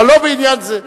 אבל לא בעניין זה.